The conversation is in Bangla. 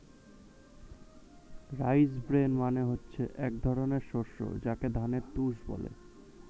রাইস ব্রেন মানে হচ্ছে এক ধরনের শস্য যাকে ধানের তুষ বলে